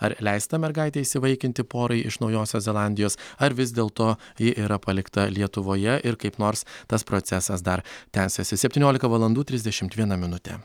ar leista mergaitę įsivaikinti porai iš naujosios zelandijos ar vis dėlto ji yra palikta lietuvoje ir kaip nors tas procesas dar tęsiasi septyniolika valandų trisdešimt viena minutė